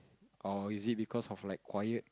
or is it because of like quiet